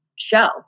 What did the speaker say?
show